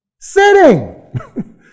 Sitting